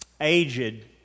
aged